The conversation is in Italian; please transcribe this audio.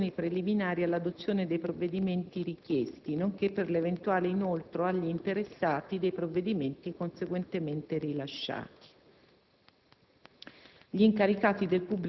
e per lo svolgimento delle operazioni preliminari all'adozione dei provvedimenti richiesti, nonché per l'eventuale inoltro agli interessati dei provvedimenti conseguentemente rilasciati.